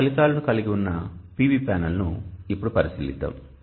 ఈ ఫలితాలను కలిగి ఉన్న PV ప్యానెల్ను ఇప్పుడు పరిశీలిద్దాం